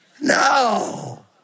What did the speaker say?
No